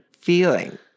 feeling